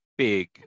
big